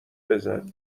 بزن